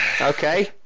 Okay